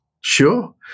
sure